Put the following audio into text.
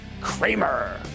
Kramer